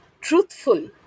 truthful